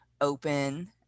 open